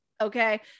Okay